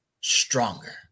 stronger